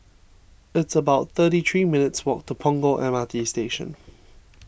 it's about thirty three minutes' walk to Punggol M R T Station